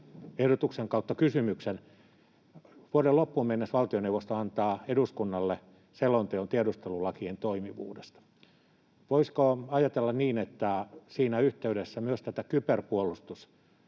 ehdotuksen/kysymyksen: Vuoden loppuun mennessä valtioneuvosto antaa eduskunnalle selonteon tiedustelulakien toimivuudesta. Voisiko ajatella niin, että siinä yhteydessä myös tätä kyberpuolustuskuvaa